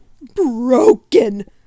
broken